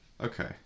okay